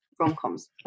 rom-coms